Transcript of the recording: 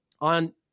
on